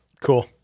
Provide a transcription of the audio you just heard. Cool